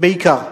בעיקר.